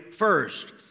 First